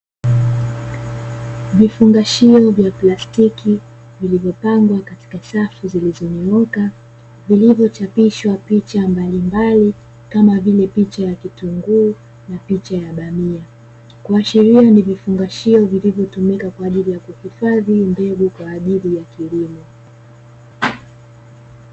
Vifungashio vya plastiki vilivyopangwa katika safu zilizonyooka vilivyochapishwa picha mbalimbali kama vile picha ya kitunguu na picha ya bamia, kuashiria ni vifungashio vilivyotumika kwa ajili ya kuhifadhi mbegu kwa ajili ya kilimo.